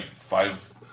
five